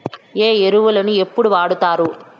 ఏ ఎరువులని ఎప్పుడు వాడుతారు?